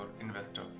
investor